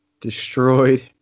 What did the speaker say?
destroyed